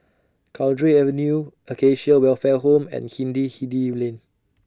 Cowdray Avenue Acacia Welfare Home and Hindhede Lane